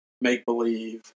make-believe